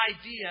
idea